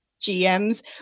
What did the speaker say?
GMs